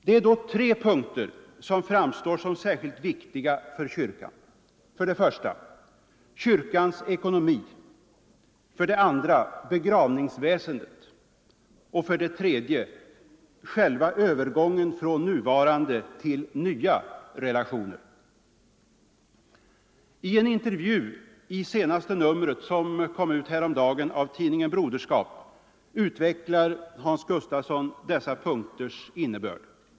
Det är då tre punkter som framstår som särskilt viktiga för kyrkan: 3. Själva övergången från nuvarande till nya relationer. I en intervju i senaste numret, som kom ut häromdagen, av tidningen Broderskap utvecklar Hans Gustafsson dessa punkters innebörd.